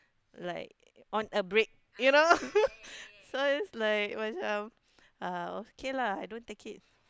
like on a break you know so it's like macam uh okay lah I don't take it